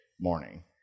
morning